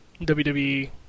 WWE